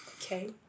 Okay